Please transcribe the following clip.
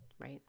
right